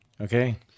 Okay